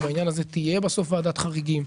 ובעניין הזה תהיה בסוף ועדת חריגים,